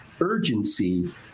urgency